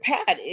Pat